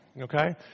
Okay